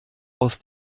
aus